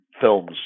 films